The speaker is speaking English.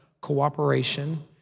cooperation